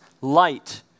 light